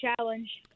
challenge